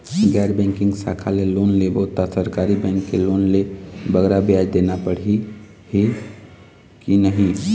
गैर बैंकिंग शाखा ले लोन लेबो ता सरकारी बैंक के लोन ले बगरा ब्याज देना पड़ही ही कि नहीं?